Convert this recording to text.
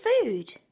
food